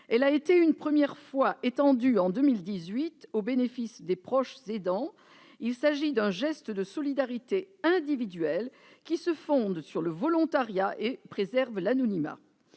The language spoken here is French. Il a été une première fois étendu en 2018, au bénéfice des proches aidants. Il s'agit d'un geste de solidarité individuelle, qui se fonde sur le volontariat et préserve l'anonymat.